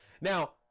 Now